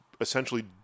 essentially